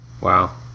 Wow